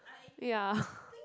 ya